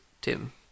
Tim